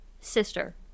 sister